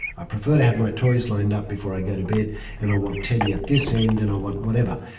i prefer to have my toys lined up before i go to bed and i want teddy at this end and i want, whatever.